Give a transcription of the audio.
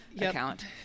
account